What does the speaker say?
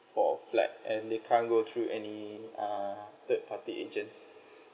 for a flat and they can't go through any uh third party agents